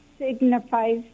signifies